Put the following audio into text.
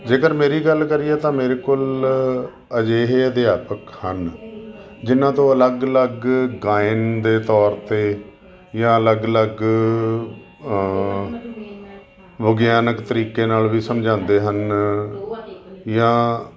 ਜੇਕਰ ਮੇਰੀ ਗੱਲ ਕਰੀਏ ਤਾਂ ਮੇਰੇ ਕੋਲ ਅਜਿਹੇ ਅਧਿਆਪਕ ਹਨ ਜਿਹਨਾਂ ਤੋਂ ਅਲੱਗ ਅਲੱਗ ਗਾਇਨ ਦੇ ਤੌਰ 'ਤੇ ਜਾਂ ਅਲੱਗ ਅਲੱਗ ਵਿਗਿਆਨਕ ਤਰੀਕੇ ਨਾਲ ਵੀ ਸਮਝਾਉਂਦੇ ਹਨ ਜਾਂ